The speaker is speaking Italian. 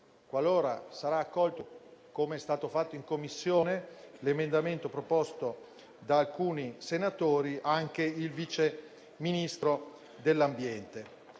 qualora sarà accolto - come è stato fatto in Commissione - l'emendamento proposto da alcuni senatori, il Vice Ministro dell'ambiente.